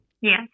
Yes